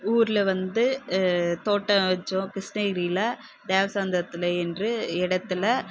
ஊரில் வந்து தோட்டம் வச்சோம் கிருஷ்ணகிரியில தேவை சந்தரத்தில் என்று இடத்தில்